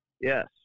yes